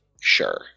Sure